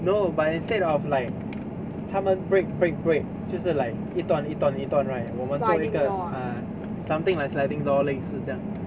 no but instead of like 他们 break break break 就是 like 一段一段一段 right 我们做一个 uh something like sliding door 类似这样